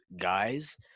guys